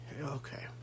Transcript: Okay